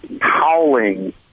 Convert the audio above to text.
howling